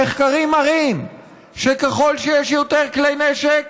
המחקרים מראים שככל שיש יותר כלי נשק